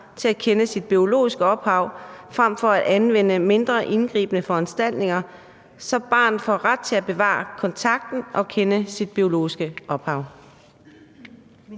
til at kende sit biologiske ophav, frem for at anvende mindre indgribende foranstaltninger, så barnet får ret til at bevare kontakten og kende sit biologiske ophav?